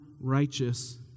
righteous